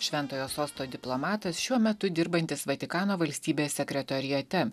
šventojo sosto diplomatas šiuo metu dirbantis vatikano valstybės sekretoriate